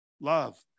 love